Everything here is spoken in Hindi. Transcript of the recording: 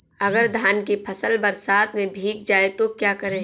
अगर धान की फसल बरसात में भीग जाए तो क्या करें?